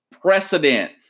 precedent